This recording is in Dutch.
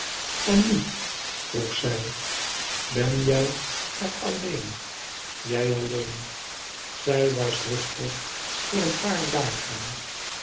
ennu vroegzij benjij er alleen jij alleen zij was rustig voor een paar dagen